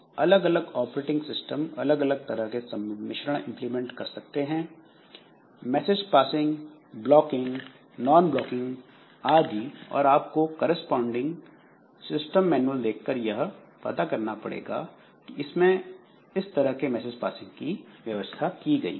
अलग अलग operating system अलग अलग तरह के सम्मिश्रण इंप्लीमेंट कर सकते हैं मैसेज पासिंग ब्लॉकिंग नॉनब्लॉकिंग आदि और आपको करसपांडिंग ऑपरेटिंग सिस्टम का मैनुअल देखकर यह पता करना पड़ेगा कि इसमें किस तरह के मैसेज पासिंग की व्यवस्था की गई है